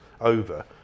over